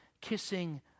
kissing